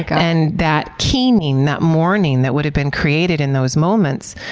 and that keening, that mourning, that would have been created in those moments,